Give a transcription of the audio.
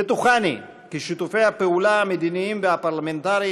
בטוחני כי שיתופי הפעולה המדיניים והפרלמנטרים